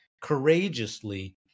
courageously